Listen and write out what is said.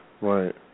right